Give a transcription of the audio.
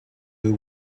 who